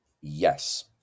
yes